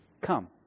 come